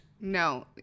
No